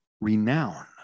renown